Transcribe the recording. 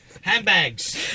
Handbags